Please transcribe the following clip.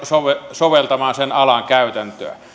soveltamaan sen alan käytäntöä